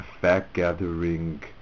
fact-gathering